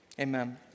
amen